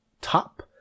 top